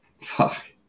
Fuck